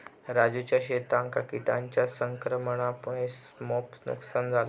राजूच्या शेतांका किटांच्या संक्रमणामुळा मोप नुकसान झाला